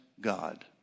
God